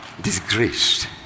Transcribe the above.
disgraced